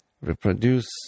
reproduce